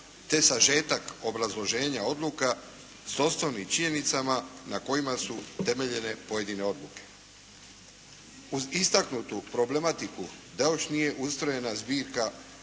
te sažetak obrazloženja odluka s osnovnim činjenicama na kojima su temeljene pojedine odluke. Uz istaknutu problematiku da još nije ustrojena zbirka